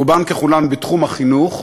רובן ככולן בתחום החינוך,